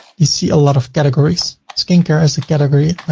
you see a lot of categories skincare as a category.